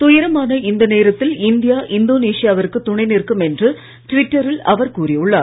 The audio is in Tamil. துயரமான இந்த நேரத்தில் இந்தியா இந்தோனேஷியாவிற்கு துணை நிற்கும் என்று ட்விட்டரில் அவர் கூறியுள்ளார்